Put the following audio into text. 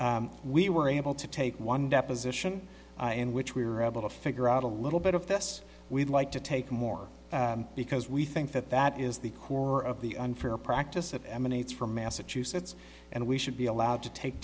s we were able to take one deposition in which we were able to figure out a little bit of this we'd like to take more because we think that that is the core of the unfair practice that emanates from massachusetts and we should be allowed to take